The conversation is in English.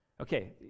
okay